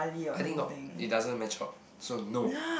I think not it doesn't match up so no